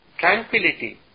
Tranquility